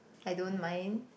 I don't mind